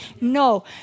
No